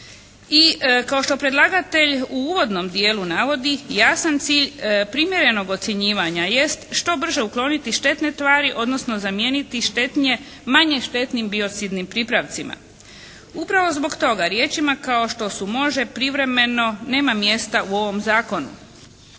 I kao što predlagatelj u uvodnom dijelu navodi jasan cilj primjerenog ocjenjivanja jest što brže ukloniti štetne tvari odnosno zamijeniti štetnije manje štetnim biocidnim pripravcima. Upravo zbog toga riječima kao što «može», «privremeno» nema mjesta u ovom zakonu.